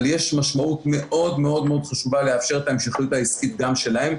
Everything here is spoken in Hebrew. אבל יש משמעות מאוד מאוד מאוד חשובה לאפשר את ההמשכיות העסקית גם שלהם.